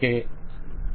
vendor okay